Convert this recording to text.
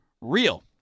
real